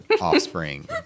offspring